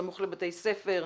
בסמוך לבתי ספר,